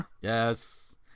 Yes